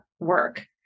work